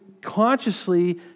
consciously